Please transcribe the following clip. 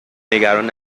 نگران